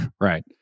Right